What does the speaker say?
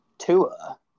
Tua